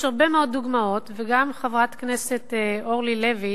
יש הרבה דוגמאות, וגם חברת הכנסת אורלי לוי